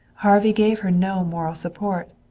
harvey gave her no moral support.